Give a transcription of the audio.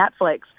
Netflix